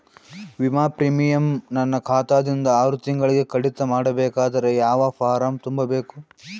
ವಿಮಾ ಪ್ರೀಮಿಯಂ ನನ್ನ ಖಾತಾ ದಿಂದ ಆರು ತಿಂಗಳಗೆ ಕಡಿತ ಮಾಡಬೇಕಾದರೆ ಯಾವ ಫಾರಂ ತುಂಬಬೇಕು?